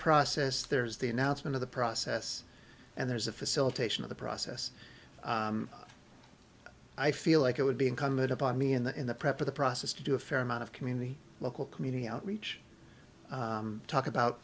process there's the announcement of the process and there's a facilitation of the process i feel like it would be incumbent upon me in the in the prep of the process to do a fair amount of community local community outreach talk about